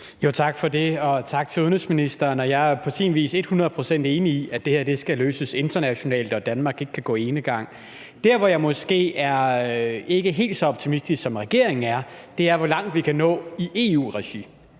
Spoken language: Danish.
Tak for det, og tak til udenrigsministeren. Jeg er jo på sin vis ethundrede procent enig i, at det her skal løses internationalt, og at Danmark ikke kan gå enegang. Der, hvor jeg måske ikke er helt så optimistisk, som regeringen er, er med hensyn til, hvor langt vi kan nå i EU-regi.